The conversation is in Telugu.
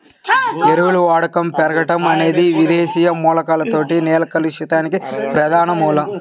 ఎరువుల వాడకం పెరగడం అనేది విదేశీ మూలకాలతో నేల కలుషితానికి ప్రధాన మూలం